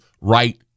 right